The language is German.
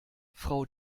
frau